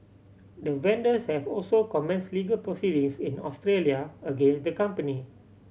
the vendors have also commence legal proceedings in Australia against the company